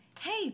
Hey